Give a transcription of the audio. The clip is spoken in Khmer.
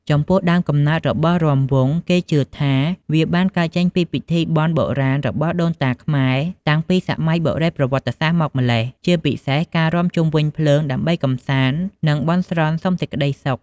ចំពោះដើមកំណើតរបស់រាំវង់ គេជឿថាវាបានកើតចេញពីពិធីបុរាណរបស់ដូនតាខ្មែរតាំងពីសម័យបុរេប្រវត្តិសាស្ត្រមកម្ល៉េះ ជាពិសេសការរាំជុំវិញភ្លើងដើម្បីកម្សាន្ត និងបន់ស្រន់សុំសេចក្តីសុខ។